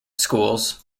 schools